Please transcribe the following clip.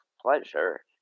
pleasure